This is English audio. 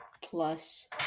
plus